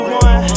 one